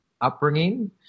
upbringing